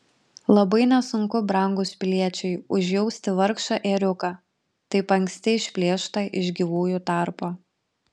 labai nesunku brangūs piliečiai užjausti vargšą ėriuką taip anksti išplėštą iš gyvųjų tarpo